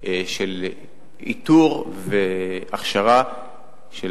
של איתור והכשרה של